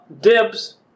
dibs